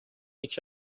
each